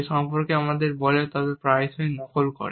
সে সম্পর্কে আমাদের বলে তবে প্রায়শই নকল করে